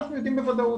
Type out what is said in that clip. אנחנו יודעים בוודאות.